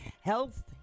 Health